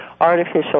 artificial